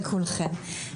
לכולכם.